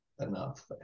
enough